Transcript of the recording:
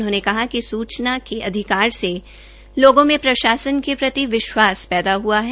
उन्होंने कहा कि सूचना के अधिकार से लोगों को प्रशासन के प्रति विश्वास पैदा हुआ है